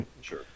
sure